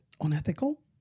unethical